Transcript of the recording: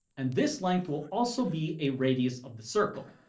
and this length will also be a radius of the circle.